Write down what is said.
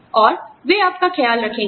और वे आपका ख्याल रखेंगे